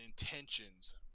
intentions